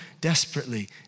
desperately